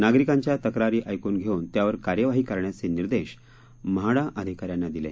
नागरिकांच्या तक्रारी ऐकून घेऊन त्यावर कार्यवाही करण्याचे निर्देश म्हाडा अधिकाऱ्यांना दिले